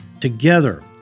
Together